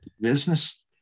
business